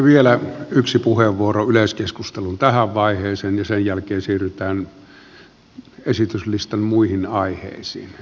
vielä yksi puheenvuoro yleiskeskustelun tähän vaiheeseen ja sen jälkeen siirrytään esityslistan muihin aiheisiin